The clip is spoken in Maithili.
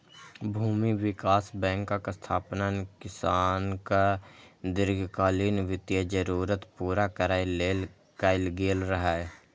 भूमि विकास बैंकक स्थापना किसानक दीर्घकालीन वित्तीय जरूरत पूरा करै लेल कैल गेल रहै